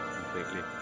Completely